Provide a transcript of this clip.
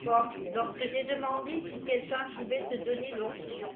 comme lorsque j'ai demandé si quelqu'un pouvait se donner tonction